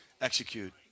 execute